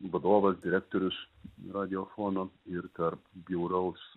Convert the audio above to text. vadovas direktorius radiofono ir tarp bjauraus